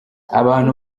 abantu